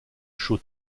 show